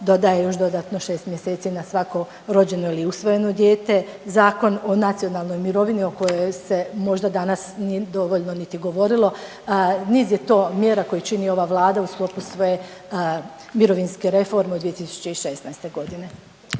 dodaje još dodatno 6 mjeseci na svako rođeno ili usvojeno dijete, Zakon o nacionalnoj mirovini o kojoj se možda danas ni dovoljno niti govorilo, niz je to mjera koje čini ova vlada u sklopu svoje mirovinske reforme od 2016. godine.